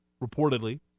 reportedly